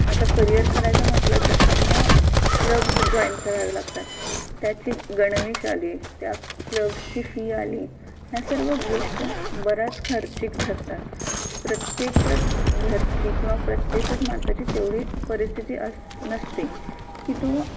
आता करिअर करायचं म्हटलं तर त्यांना क्लब्स जॉईन करावे लागतात त्याची गणवेष आली त्या क्लब्सची फी आली ह्या सर्व गोष्ट बऱ्याच खर्चिक ठरतात प्रत्येकच घरची किंवा प्रत्येकच माणसाची तेवढी परिस्थिती अस नसते की तो